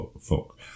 folk